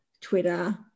Twitter